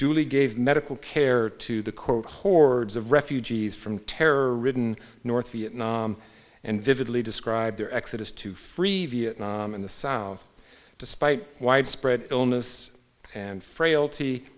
dually gave medical care to the quote hordes of refugees from terror ridden north vietnam and vividly described their exodus to free vietnam in the south despite widespread illness and frailty